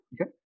Okay